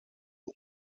uns